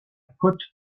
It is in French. côte